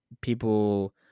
people